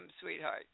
sweetheart